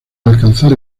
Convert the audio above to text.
alcanzar